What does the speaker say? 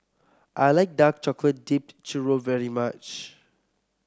I like Dark Chocolate Dipped Churro very much